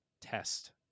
test